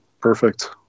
perfect